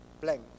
blank